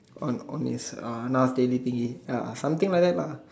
on on his uh Nas daily thingy ya something like that lah